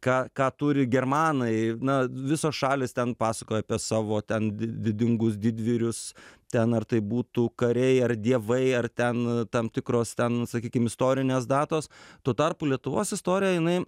ką ką turi germanai na visos šalys ten pasakojo apie savo ten didingus didvyrius ten ar tai būtų kariai ar dievai ar ten tam tikros ten sakykim istorinės datos tuo tarpu lietuvos istorija jinai